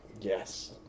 Yes